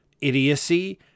idiocy